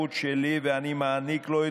ביטן,